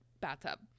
bathtub